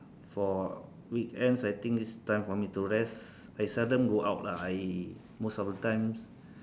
for weekends I think it's time for me to rest I seldom go out lah I most of the times